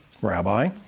Rabbi